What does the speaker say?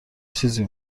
چیزی